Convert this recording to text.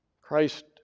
Christ